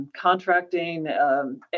Contracting